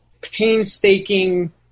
painstaking